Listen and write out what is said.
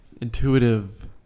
intuitive